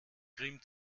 grimm